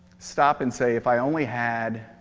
stop and say, if i only had